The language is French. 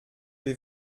vais